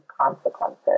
consequences